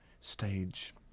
stage